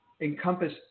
encompass